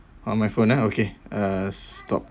on my phone ah okay uh stop